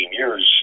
years